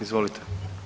Izvolite.